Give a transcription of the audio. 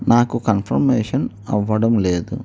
నాకు కన్ఫర్మేషన్ అవ్వడం లేదు